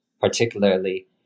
particularly